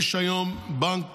יש היום בנק